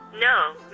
no